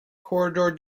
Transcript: corridor